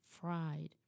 fried